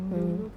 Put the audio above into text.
mm